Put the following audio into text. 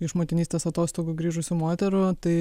iš motinystės atostogų grįžusių moterų tai